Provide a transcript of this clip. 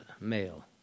male